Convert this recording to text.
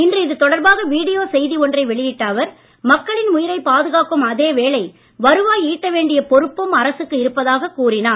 இன்று இதுதொடர்பாக வீடியோ செய்தி ஒன்றை வெளியிட்ட அவர் மக்களின் உயிரை பாதுகாக்கும் அதே வேளை வருவாய் ஈட்ட வேண்டிய பொறுப்பும் அரசுக்கு இருப்பதாகக் கூறினார்